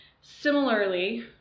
Similarly